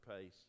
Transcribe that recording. pace